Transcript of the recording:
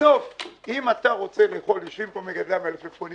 בסוף אם אתה רוצה לאכול ישובים פה מגדלי המלפפונים